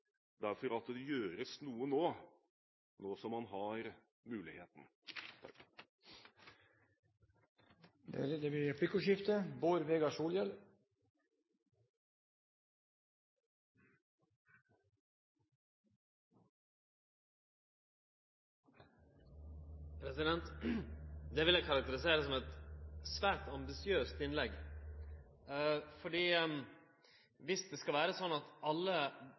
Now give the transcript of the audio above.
det gjøres noe nå, nå som man har muligheten. Det blir replikkordskifte. Dette vil eg karakterisere som eit svært ambisiøst innlegg. Dersom det skal vere slik at alle